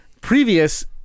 previous